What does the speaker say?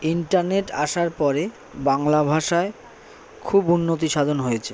internet আসার পরে বাংলা ভাষায় খুব উন্নতি সাধন হয়েছে